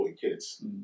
kids